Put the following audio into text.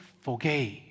forgave